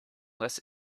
less